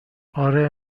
آره